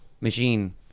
machine